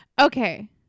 okay